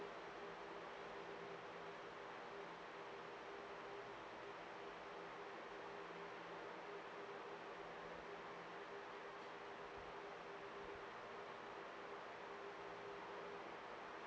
ya